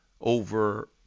over –